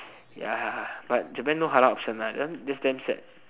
ya but Japan no halal option lah that one that's damn sad